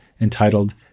entitled